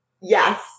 Yes